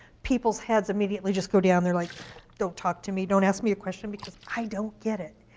people's heads immediately just go down, they're like don't talk to me, don't ask me a question, because i don't get it.